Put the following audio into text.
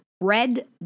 red